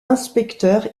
inspecteur